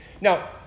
Now